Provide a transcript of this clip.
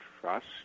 trust